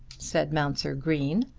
said mounser green.